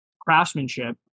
craftsmanship